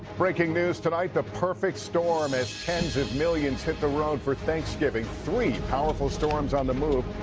breaking news tonight, the perfect storm as tens of millions hit the road for thanksgiving three powerful storms on the move.